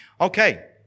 Okay